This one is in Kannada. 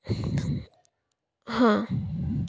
ಹಾಂ